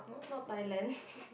not Thailand